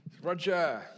Roger